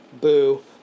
Boo